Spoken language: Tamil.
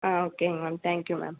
ஆ ஓகேங்க மேம் தேங்க்யூ மேம்